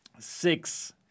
Six